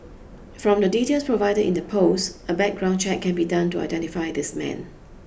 from the details provided in the post a background check can be done to identify this man